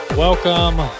Welcome